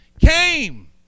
came